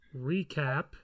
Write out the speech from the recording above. recap